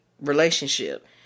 relationship